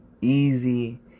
easy